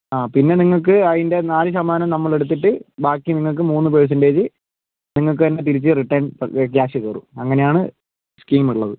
പിന്നെ നിങ്ങൾക്ക് അതിൻ്റെ നാല് ശതമാനം നമ്മളെടുത്തിട്ട് ബാക്കി നിങ്ങൾക്ക് മൂന്ന് പെർസെന്റജ് നിങ്ങൾക്ക് തന്നെ തിരിച്ച് റിട്ടേൺ ക്യാഷ് കയറും അങ്ങനെയാണ് സ്കീം ഉള്ളത്